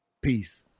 Peace